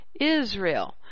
Israel